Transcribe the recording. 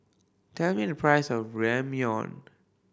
tell me the price of Ramyeon